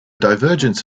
divergence